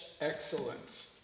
excellence